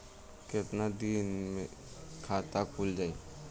कितना दिन मे खाता खुल जाई?